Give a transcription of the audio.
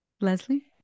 Leslie